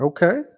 Okay